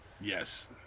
Yes